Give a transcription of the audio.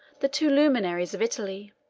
the two luminaries of italy.